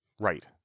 Right